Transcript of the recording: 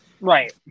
Right